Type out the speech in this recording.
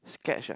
sketch ah